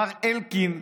מר אלקין,